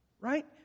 right